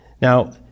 Now